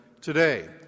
Today